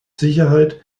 sicherheit